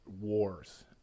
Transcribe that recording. wars